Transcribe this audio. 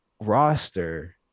roster